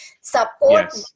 support